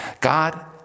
God